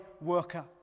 worker